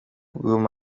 umuntu